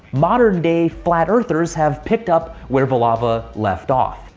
modern day flat earthers have picked up where voliva left off.